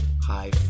high